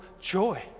joy